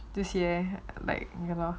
这些 like ya lor